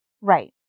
Right